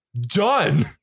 Done